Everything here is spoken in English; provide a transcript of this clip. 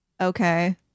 okay